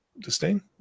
disdain